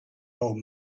old